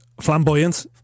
Flamboyant